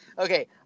Okay